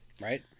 right